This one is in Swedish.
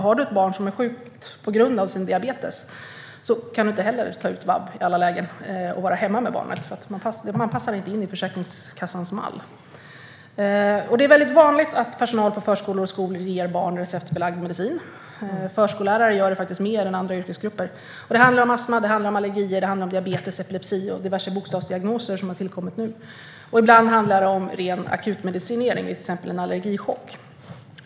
Har du ett barn som är sjukt på grund av sin diabetes kan du för övrigt inte heller inte ta ut vab i alla lägen och vara hemma med barnet. Man passar inte in i Försäkringskassans mall. Det är vanligt att personal på förskolor och skolor ger barn receptbelagd medicin. Förskollärare gör det mer än andra yrkesgrupper. Det handlar om astma, allergier, diabetes, epilepsi och diverse bokstavsdiagnoser, som har tillkommit nu. Ibland handlar det om ren akutmedicinering, vid till exempel en allergichock.